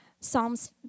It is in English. Psalms